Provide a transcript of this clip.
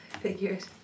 Figures